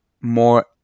more